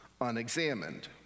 unexamined